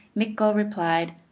mi-ko replied,